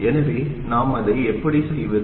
எனவே நாம் அதை எப்படி செய்வது